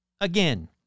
Again